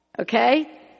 Okay